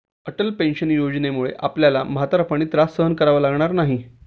Atal pension योजनेमुळे आपल्याला म्हातारपणी त्रास सहन करावा लागणार नाही